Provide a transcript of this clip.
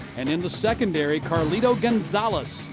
and in the secondary, carlito gonzalez,